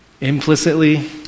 implicitly